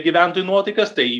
gyventojų nuotaikas tai